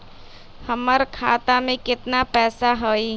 हमर खाता में केतना पैसा हई?